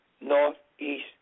Northeast